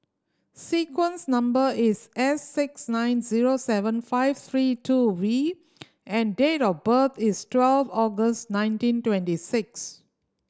sequence number is S six nine zero seven five three two V and date of birth is twelve August nineteen twenty six